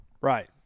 Right